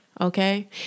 Okay